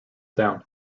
down